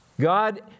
God